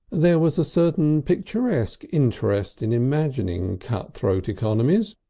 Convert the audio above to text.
there was a certain picturesque interest in imagining cut-throat economies,